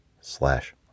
slash